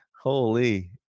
holy